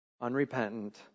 unrepentant